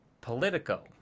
Politico